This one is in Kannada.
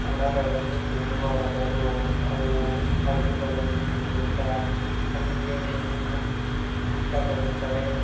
ಹುಳಗಳನ್ನು ತಿನ್ನುವ ಬದಲು ಅವು ಹಣ್ಣುಗಳನ್ನು ತಿನ್ನುತ್ತಾ ಅಲ್ಲಿಯೇ ಇರಲು ಇಷ್ಟಪಡುತ್ತವೆ